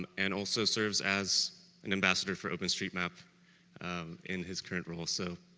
and and also serves as an ambassador for openstreetmap in his current role so